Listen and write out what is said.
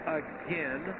again